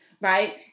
right